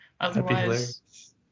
Otherwise